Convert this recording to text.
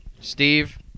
Steve